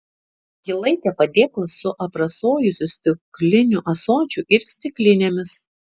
ji laikė padėklą su aprasojusiu stikliniu ąsočiu ir stiklinėmis